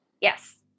Yes